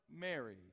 Mary